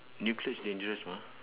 nuclear's dangerous mah